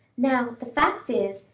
now, the fact is,